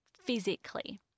physically